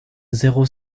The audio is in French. zéro